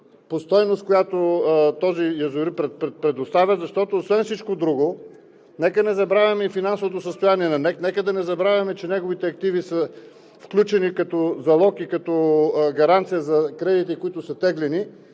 по стойност, която този язовир предоставя. Защото, освен всичко друго, нека не забравяме и финансовото състояние на НЕК, нека да не забравяме, че неговите активи са включени като залог и като гаранция за кредити, които са теглени,